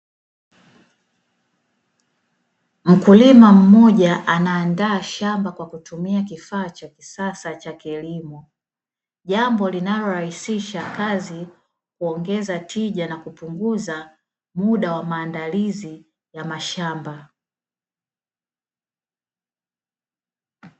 Mkulima mmoja anaandaa shamba kwa kutumia kifaa cha kisasa cha kilimo, jambo linalorahisisha kazi kwa kuongeza tija na kupunguza muda wa maandalizi ya mashamba.